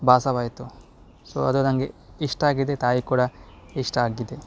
ಭಾಸವಾಯಿತು so ಅದು ನನಗೆ ಇಷ್ಟ ಆಗಿದೆ ತಾಯಿಗೆ ಕೂಡ ಇಷ್ಟ ಆಗಿದೆ